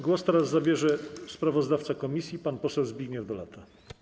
Głos teraz zabierze sprawozdawca komisji pan poseł Zbigniew Dolata.